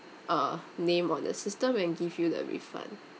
uh name on the system and give you the refund